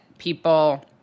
people